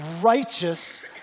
righteous